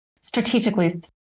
strategically